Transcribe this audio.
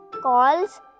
calls